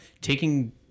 taking